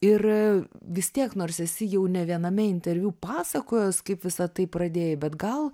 ir vis tiek nors esi jau ne viename interviu pasakojęs kaip visa tai pradėjai bet gal